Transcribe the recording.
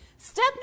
Step